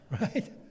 Right